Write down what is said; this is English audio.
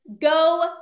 go